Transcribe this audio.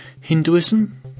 Hinduism